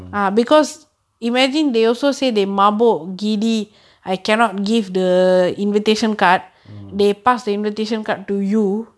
mm mm